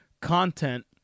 content